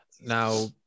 Now